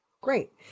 Great